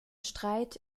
streit